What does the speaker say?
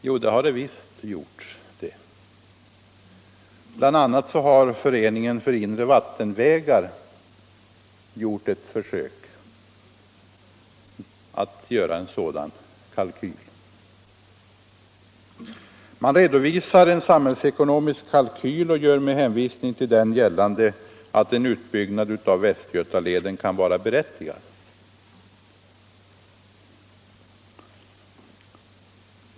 Jo, det har det visst. Bl. a. har Föreningen för inre vattenvägar försökt göra en sådan kalkyl. Man redovisar en samhällsekonomisk kalkyl och gör med hänvisning till den gällande att en utbyggnad av Västgötaleden kan vara berättigad.